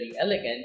elegant